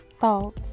thoughts